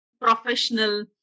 professional